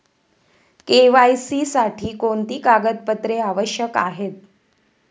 KYC साठी कोणती कागदपत्रे आवश्यक आहेत?